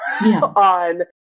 on